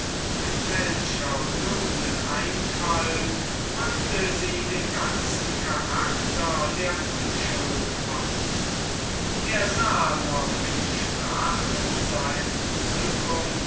mit welch einer rührenden einfalt drückte sie den charakter der unschuld aus er sah noch in sprachloser entzückung